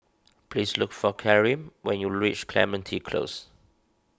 please look for Kareem when you reach Clementi Close